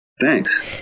Thanks